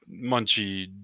Munchie